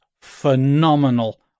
phenomenal